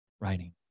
writing